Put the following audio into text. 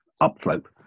upslope